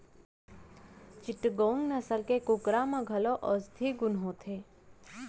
चिटगोंग नसल के कुकरा म घलौ औसधीय गुन होथे